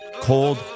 cold